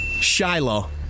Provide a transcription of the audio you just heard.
Shiloh